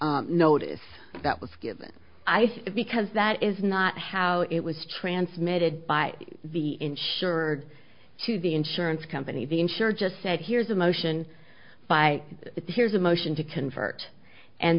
law notice that was given i think because that is not how it was transmitted by the insurer to the insurance company the insurer just said here's a motion by here's a motion to convert and